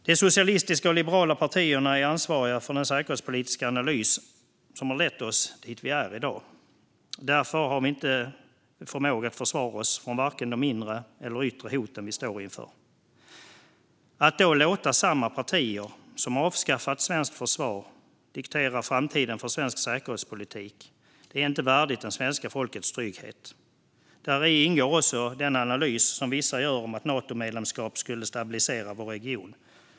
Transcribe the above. De socialistiska och liberala partierna är ansvariga för den säkerhetspolitiska analys som har lett oss dit där vi är i dag. Därför har vi inte förmåga att försvara oss mot vare sig de inre eller de yttre hot vi står inför. Att då låta samma partier som avskaffat svenskt försvar diktera framtiden för svensk säkerhetspolitik är inte värdigt det svenska folkets trygghet. Däri ingår också den analys som vissa gör om att ett Natomedlemskap skulle stabilisera vår region.